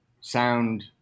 sound